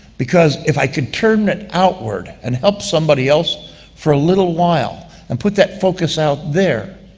because if i could turn it outward and help somebody else for a little while, and put that focus out there,